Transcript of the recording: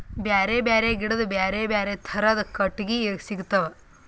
ಬ್ಯಾರೆ ಬ್ಯಾರೆ ಗಿಡದ್ ಬ್ಯಾರೆ ಬ್ಯಾರೆ ಥರದ್ ಕಟ್ಟಗಿ ಸಿಗ್ತವ್